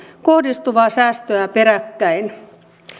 kohdistuvaa säästöä peräkkäin